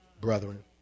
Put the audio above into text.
brethren